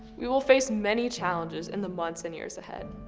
we will face many challenges in the months and years ahead.